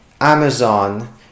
Amazon